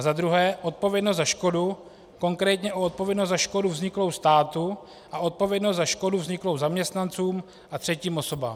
Za druhé, odpovědnost za škodu, konkrétně odpovědnost za škodu vzniklou státu a odpovědnost za škodu vzniklou zaměstnancům a třetím osobám.